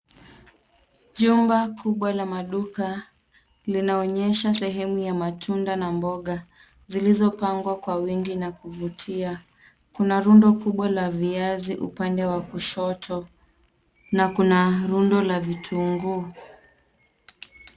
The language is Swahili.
Jumba kubwa la maduka linaonyesha sehemu ya matunda na mboga zilizopangwa kwa wingi na kuvutia. Kuna rundo kubwa la viazi upande wa kushoto na kuna rundo la vitunguu.